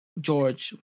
George